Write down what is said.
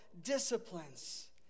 disciplines